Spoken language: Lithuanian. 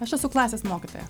aš esu klasės mokytoja